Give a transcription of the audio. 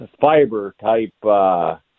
fiber-type